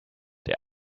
der